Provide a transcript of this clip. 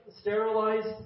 sterilized